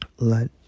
Let